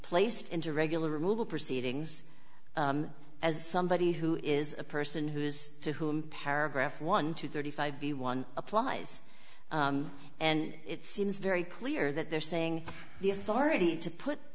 placed into regular removal proceedings as somebody who is a person who is to whom paragraph one to thirty five b one applies and it seems very clear that they're saying the authority to put